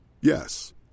Yes